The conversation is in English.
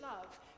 love